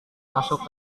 masuk